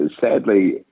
sadly